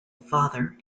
father